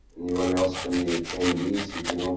anyone else from the attendees, you can